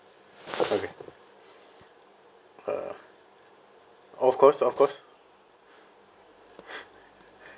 okay uh of course of course